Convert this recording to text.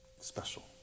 special